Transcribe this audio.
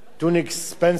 טוניק ספנסר,